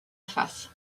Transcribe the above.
face